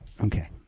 Okay